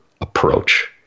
approach